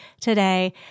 today